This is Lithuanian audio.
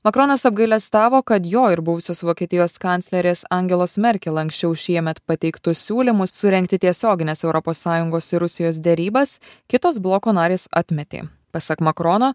makronas apgailestavo kad jo ir buvusios vokietijos kanclerės angelos merkel anksčiau šiemet pateiktus siūlymus surengti tiesiogines europos sąjungos ir rusijos derybas kitos bloko narės atmetė pasak makrono